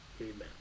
amen